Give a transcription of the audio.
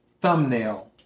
thumbnail